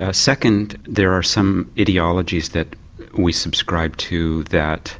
ah second there are some ideologies that we subscribe to that